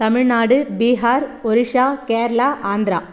Tamil Nadu Bihar Orissa Kerala Andhra